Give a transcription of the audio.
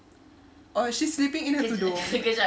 or she's sleeping in her tudung